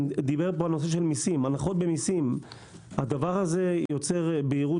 הנחות במיסים - הדבר הזה יוצר בהירות